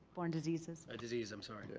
borne diseases. ah disease. i'm sorry.